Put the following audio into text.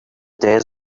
desert